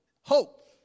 Hope